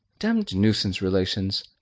demmed nuisance, relations!